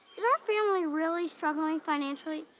is our family really struggling financially?